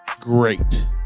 Great